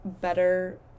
better